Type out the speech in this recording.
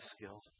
skills